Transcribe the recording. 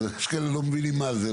אבל יש כאלה שלא מבינים מה זה,